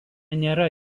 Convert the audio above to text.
nėra